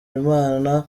imana